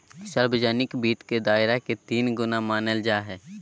सार्वजनिक वित्त के दायरा के तीन गुना मानल जाय हइ